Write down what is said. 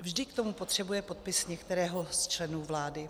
Vždy k tomu potřebuje podpis některého z členů vlády.